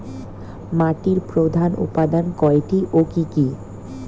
মাটির প্রধান উপাদান কয়টি ও কি কি?